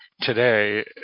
today